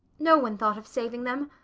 no one thought of saving them.